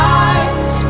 eyes